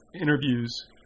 interviews